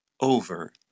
over